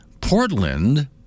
portland